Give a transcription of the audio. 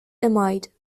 amide